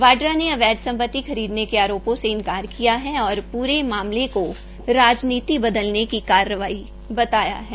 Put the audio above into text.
वाड्रा ने अवैध संपित खरीदने के आरोपों से इन्कार किया है और पूरे मामले को राजनीति बदले की कारवाई बताया है